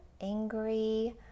angry